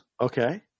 Okay